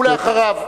ואחריו,